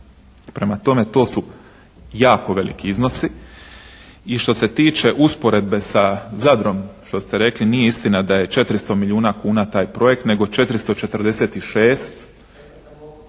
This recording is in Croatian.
Prema tome, to su jako veliki iznosi. I što se tiče usporedbe sa Zadrom što ste rekli, nije istina da je 400 milijuna kuna taj projekt nego 446.